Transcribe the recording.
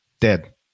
dead